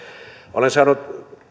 olen saanut